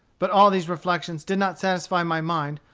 but all these reflections did not satisfy my mind,